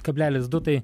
kablelis du tai